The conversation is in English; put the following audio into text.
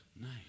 nice